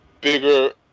bigger